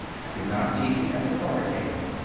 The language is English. i could not teach it as authoritative.